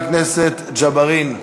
חבר הכנסת ג'בארין,